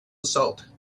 assault